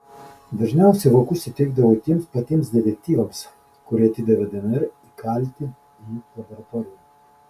dažniausiai vokus įteikdavo tiems patiems detektyvams kurie atidavė dnr įkaltį į laboratoriją